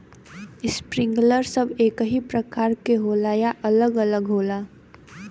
Sprinkler सब एकही प्रकार के होला या अलग अलग होला?